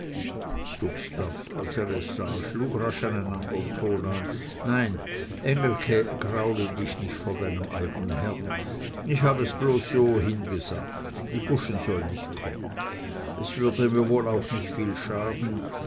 einen andern ton an nein engelke graule dich nicht vor deinem alten herrn ich habe es bloß so hingesagt die buschen soll nich kommen es würde mir wohl auch nicht viel schaden